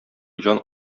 җан